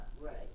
Right